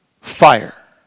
fire